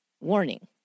Warning